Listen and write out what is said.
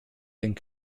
ding